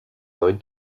neuen